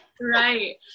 Right